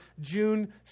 June